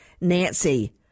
nancy